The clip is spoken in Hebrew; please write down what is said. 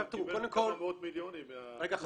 הוא גם קיבל כמה מאות מיליונים מה --- רגע,